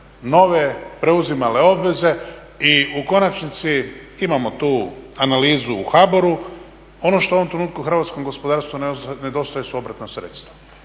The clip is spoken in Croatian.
nove preuzimale obveze i u konačnici imamo tu analizu HBOR-u. Ono što u ovom trenutku u hrvatskom gospodarstvu nedostaje su obrtna sredstva,